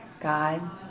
God